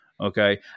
Okay